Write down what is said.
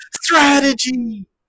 Strategy